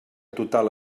total